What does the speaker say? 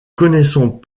connaissons